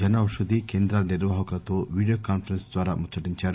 జన ఔషధీ కేంద్రాల నిర్వాహకులతో వీడియో కాన్సరెన్స్ ద్వారా ముచ్చటించారు